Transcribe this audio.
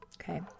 Okay